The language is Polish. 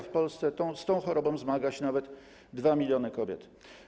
W Polsce z tą chorobą zmaga się nawet 2 mln kobiet.